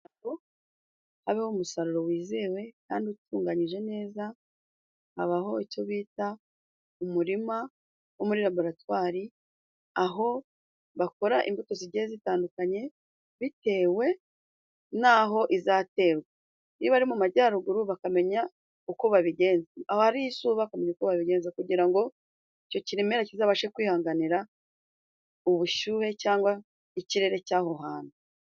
Kugirango habeho umusaruro wizewe kandi utunganyije neza, habaho icyo bita umurima wo muri laboratwari aho bakora imbuto zigiye zitandukanye bitewe naho izaterwa. Niba ari mu majyaruguru bakamenya uko babigenza, ahari izuba bakamenya uko babigenza kugira ngo icyo kiremera kizabashe kwihanganira ubushyuhe cyangwa ikirere cy'aho hantu.